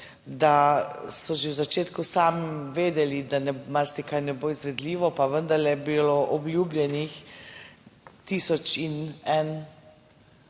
da so že v začetku sami vedeli, da marsikaj ne bo izvedljivo, pa vendar je bilo obljubljenih tisoč in en